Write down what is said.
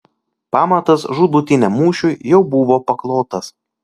pamatas žūtbūtiniam mūšiui jau buvo paklotas